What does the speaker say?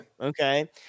Okay